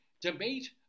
debate